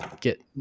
get